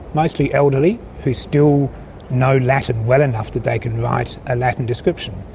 mostly elderly, who still know latin well enough that they can write a latin description.